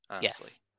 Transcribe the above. Yes